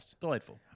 delightful